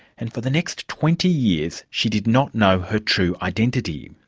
and for the next twenty years she did not know here true identity.